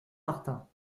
martin